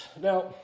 Now